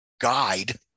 guide